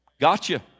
Gotcha